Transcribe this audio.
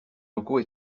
locaux